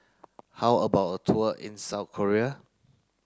how about a tour in South Korea